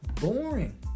Boring